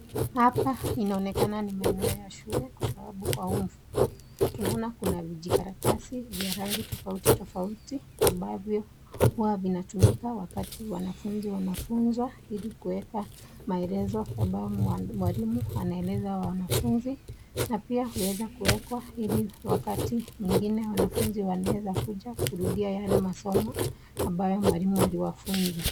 Hapa inaonekana ni maeneo ya shule, kwa sababu kwa huu mfuko tunaoana kuna vijikaratasi vya rangi tofauti tofauti ambayo huwa vinatumika wakati wanafunzi wanafunzwa ili kuweka maelezo ambayo mwalimu anaeleza wanafunzi na pia huweza kuekwa ili wakati mwingine wanafunzi wanaweza kuja kurudia yale masomo ambayo mwalimu alifunza.